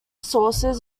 sources